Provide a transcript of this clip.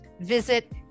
visit